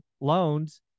loans